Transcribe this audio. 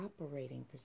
operating